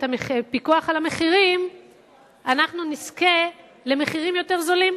הפיקוח על המחירים אנחנו נזכה למחירים יותר זולים,